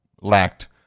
lacked